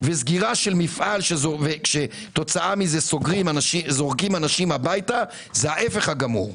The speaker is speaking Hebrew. סגירה של מפעל שמביאה לזה שזורקים אנשים הביתה זה ההיפך הגמור.